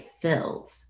filled